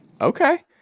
okay